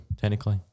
technically